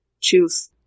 choose